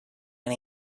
and